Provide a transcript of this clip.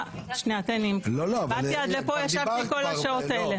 תן לי, באתי עד לפה, ישבתי כל השעות האלה.